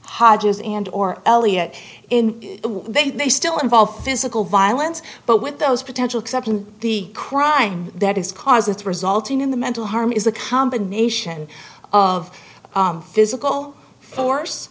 hodge's and or eliot in they they still involve physical violence but with those potential exception the crime that is cause it's resulting in the mental harm is a combination of physical force